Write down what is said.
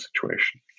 situation